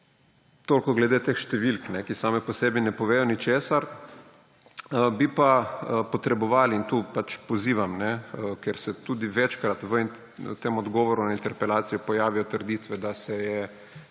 Toliko glede teh številk, ki same po sebi ne povedo ničesar. Bi pa potrebovali in tu pozivam, ker se tudi večkrat v tem odgovoru na interpelacijo pojavijo trditve, da se je